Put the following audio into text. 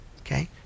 Okay